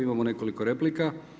Imamo nekoliko replika.